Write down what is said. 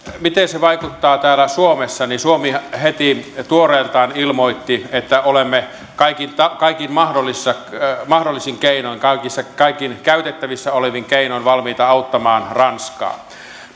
miten se vaikuttaa täällä suomessa suomihan heti tuoreeltaan ilmoitti että olemme kaikin mahdollisin keinoin kaikin käytettävissä olevin keinoin valmiita auttamaan ranskaa